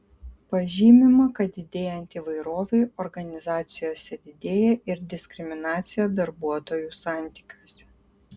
pažymima kad didėjant įvairovei organizacijose didėja ir diskriminacija darbuotojų santykiuose